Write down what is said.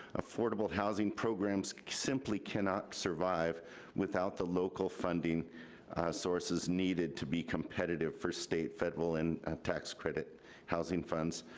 affordable housing programs simply cannot survive without the local funding sources needed to be competitive for state, federal, and tax credit housing funds.